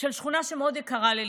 של שכונה שמאוד יקרה לליבי,